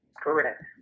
Correct